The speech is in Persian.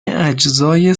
اجزای